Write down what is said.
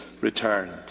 returned